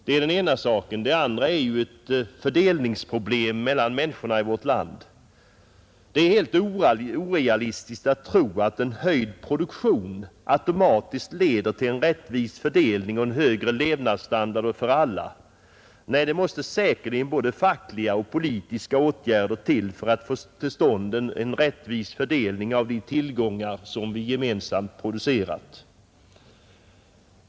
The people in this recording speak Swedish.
Det andra huvudämnet är fördelningsproblemet mellan människorna i vårt land. Det är helt orealistiskt att tro att en höjd produktion automatiskt leder till en rättvis fördelning och en högre levnadsstandard för alla. Det måste säkerligen både fackliga och politiska åtgärder till för att få till stånd en rättvis fördelning av de tillgångar som vi gemensamt har producerat.